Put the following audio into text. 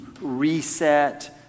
reset